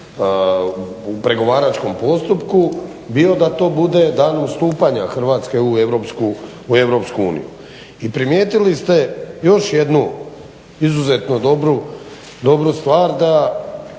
u pregovaračkom postupku bio da to bude danom stupanja Hrvatske u EU. I primijetili ste još jednu izuzetno dobru stvar da